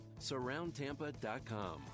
Surroundtampa.com